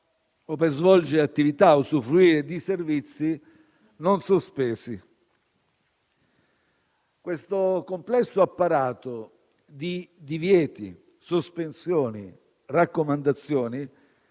o per svolgere attività o usufruire di servizi non sospesi. Questo complesso apparato di divieti, sospensioni, raccomandazioni